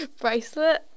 bracelet